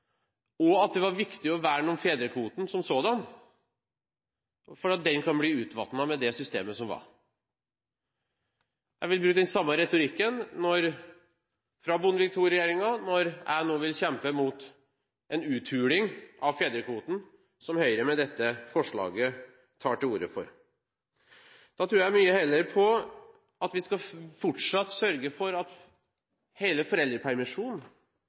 og at det var viktig å verne om fedrekvoten som sådan, fordi den kunne bli utvannet med det systemet som var. Jeg vil bruke den samme retorikken som Bondevik II-regjeringen brukte, når jeg nå vil kjempe mot en uthuling av fedrekvoten, som Høyre med dette forslaget tar til orde for. Da tror jeg heller på at vi fortsatt skal sørge for hele foreldrepermisjonen